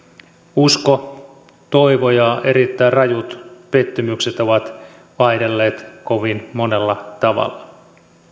usko toivo ja erittäin rajut pettymykset ovat vaihdelleet kovin monella tavalla